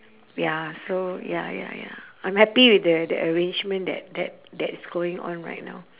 ya so ya ya ya I'm happy with the the arrangement that that that's going on right now